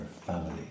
family